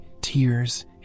tears